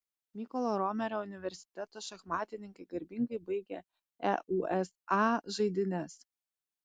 mykolo romerio universiteto šachmatininkai garbingai baigė eusa žaidynes